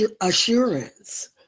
assurance